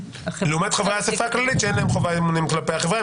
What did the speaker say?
--- לעומת חברי האספה הכללית שאין להם חובת אמונים כלפי החברה,